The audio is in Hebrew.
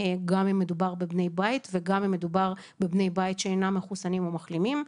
גם אם מדובר בבני בית וגם אם מדובר בבני בית שאינם מחוסנים או מחלימים.